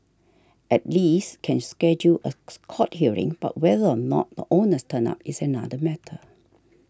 at least can schedule a court hearing but whether or not the owners turn up is another matter